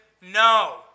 no